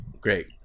great